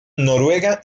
noruega